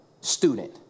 student